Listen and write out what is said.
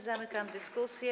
Zamykam dyskusję.